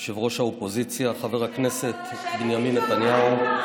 ראש האופוזיציה חבר הכנסת בנימין נתניהו,